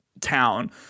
town